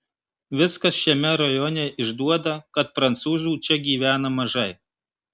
viskas šiame rajone išduoda kad prancūzų čia gyvena mažai